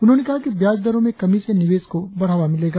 उन्होंने कहा कि ब्यज दरों में कमी से निवेश को बढ़ावा मिलेगा